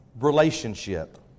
relationship